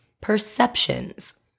perceptions